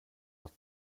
art